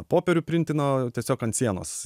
popierių printina o tiesiog ant sienos